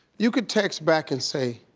you could text back and say,